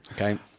Okay